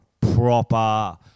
proper